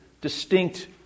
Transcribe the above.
distinct